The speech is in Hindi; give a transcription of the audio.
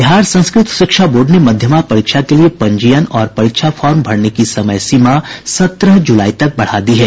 बिहार संस्कृत शिक्षा बोर्ड ने मध्यमा परीक्षा के लिये पंजीयन और परीक्षा फॉर्म भरने की समयसीमा सत्रह जुलाई तक बढ़ा दी है